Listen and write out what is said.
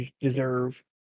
deserve